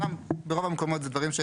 אמנם ברוב המקומות זה דברים ש